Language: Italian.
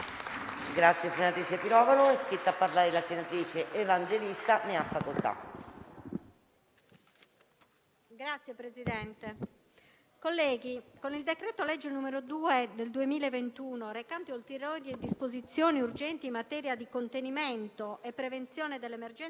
Presidente, con il decreto-legge n. 2 del 2021, recante ulteriori disposizioni urgenti in materia di contenimento e prevenzione dell'emergenza sanitaria da coronavirus e di svolgimento delle elezioni per l'anno 2021, il Consiglio dei ministri ha dichiarato per ulteriori tre mesi, e